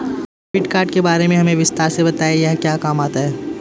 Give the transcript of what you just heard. Debit card के बारे में हमें विस्तार से बताएं यह क्या काम आता है?